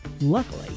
Luckily